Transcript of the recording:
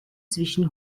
zwischen